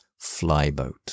flyboat